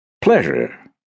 Pleasure